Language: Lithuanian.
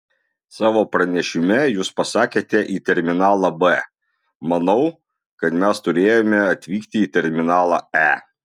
savo pranešime jūs pasakėte į terminalą b manau kad mes turėjome atvykti į terminalą e